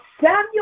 Samuel